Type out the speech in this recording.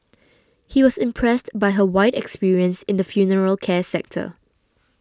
he was impressed by her wide experience in the funeral care sector